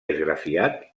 esgrafiat